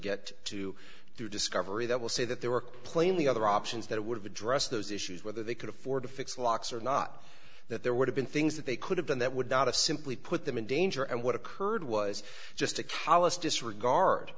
get to discovery that will say that there were plainly other options that would have addressed those issues whether they could afford to fix locks or not that there would have been things that they could have done that would not have simply put them in danger and what occurred was just a callous disregard